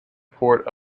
port